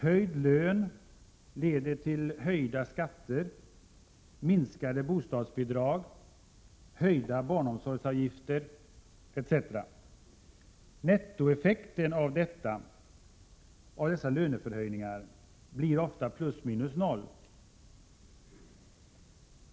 Höjd lön leder till höjda skatter, minskade bostadsbidrag, höjda barnomsorgsavgifter etc. Nettoeffekten av denna löneförhöjning blir ofta plus minus noll.